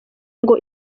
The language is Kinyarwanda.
ngo